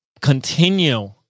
continue